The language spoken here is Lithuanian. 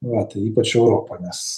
va tai ypač europa nes